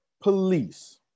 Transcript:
police